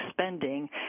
spending